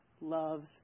loves